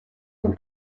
den